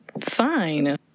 fine